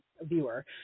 viewer